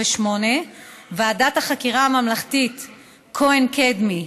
ועדת החקירה הממלכתית כהן-קדמי,